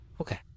Okay